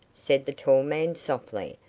said the tall man softly,